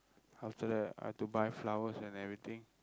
after that I have to buy flowers and everything